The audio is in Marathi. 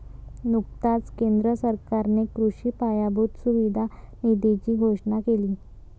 नुकताच केंद्र सरकारने कृषी पायाभूत सुविधा निधीची घोषणा केली